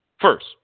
first